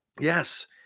yes